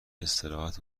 استراحت